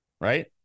right